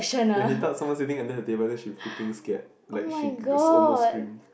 ya he thought someone sitting under her table then she freaking scared like she almost scream